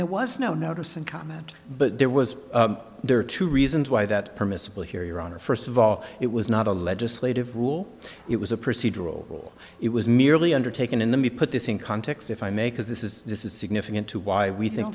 there was no notice and comment but there was there are two reasons why that permissible here your honor first of all it was not a legislative rule it was a procedural rule it was merely undertaken in the me put this in context if i may cause this is this is significant to why we think